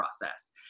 process